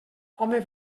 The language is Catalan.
home